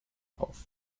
auf